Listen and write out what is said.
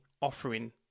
offering